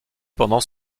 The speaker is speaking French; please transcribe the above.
pendant